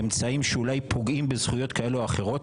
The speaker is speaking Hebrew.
אמצעים שאולי פוגעים בזכויות כאלו או אחרות,